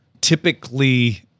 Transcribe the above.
typically